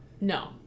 No